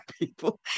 people